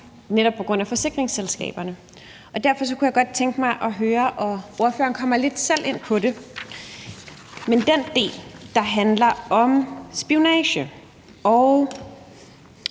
netop på grund af forsikringsselskaberne et overlap. Derfor kunne jeg godt tænke mig at høre – ordføreren kommer selv lidt ind på det – i forhold til den del, der handler om spionage, og